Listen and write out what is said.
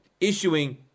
issuing